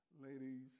ladies